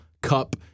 Cup